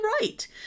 right